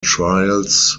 trials